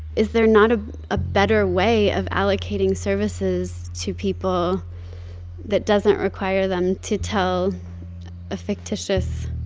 is there not ah a better way of allocating services to people that doesn't require them to tell a fictitious,